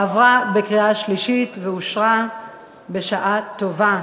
עברה בקריאה שלישית ואושרה בשעה טובה.